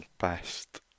best